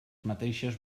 mateixes